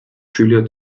julia